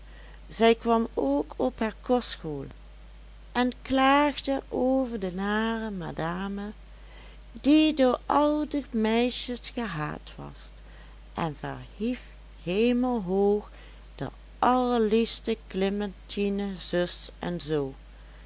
zij kwam ook op haar kostschool en klaagde over de nare madame die door al de meisjes gehaat was en verhief hemelhoog de allerliefste clementine zus en zoo